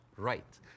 right